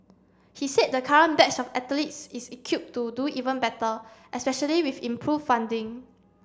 he said the current batch of athletes is equipped to do even better especially with improved funding